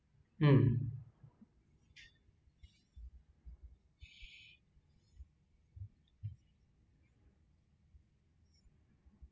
mm